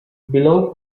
below